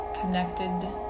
connected